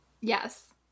Yes